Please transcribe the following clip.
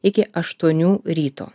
iki aštuonių ryto